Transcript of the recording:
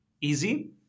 easy